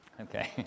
Okay